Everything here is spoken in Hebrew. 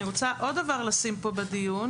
אני רוצה עוד דבר לשים כאן בדיון: